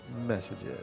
messages